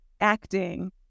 acting